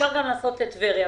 אפשר גם לעשות לגבי טבריה.